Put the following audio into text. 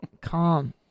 Calm